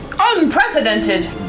Unprecedented